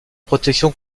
protection